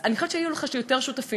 אני חושבת שהיו לך יותר שותפים.